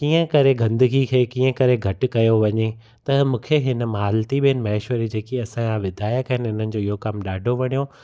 कीअं करे गंदगी खे कीअं करे घटि कयो वञे त मूंखे हिन मालती बहन महेश्वरी जेकी असांजा विधायक आहिनि उन्हनि जो इहो कमु ॾाढो वणियो